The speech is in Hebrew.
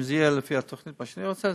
אם זה יהיה לפי התוכנית שאני רוצה,